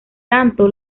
tanto